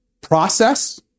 process